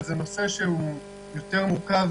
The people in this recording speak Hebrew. אבל, זה נושא שהוא יותר מורכב